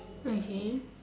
okay